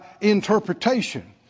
interpretation